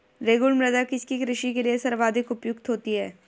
रेगुड़ मृदा किसकी कृषि के लिए सर्वाधिक उपयुक्त होती है?